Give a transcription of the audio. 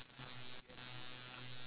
um but you have to walk in is it